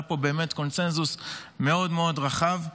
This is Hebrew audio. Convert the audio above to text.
היה פה קונסנזוס מאוד רחב.